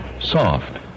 soft